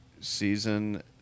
season